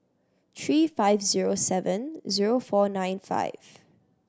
three five zero seven zero four nine five